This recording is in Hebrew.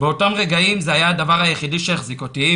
באותם רגעים זה היה הדבר היחידי שהחזיק אותי.